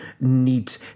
need